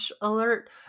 alert